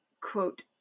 quote